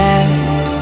end